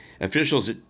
Officials